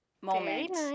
moment